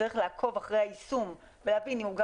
שצריך לעקוב אחרי היישום ולהבין אם הוא היה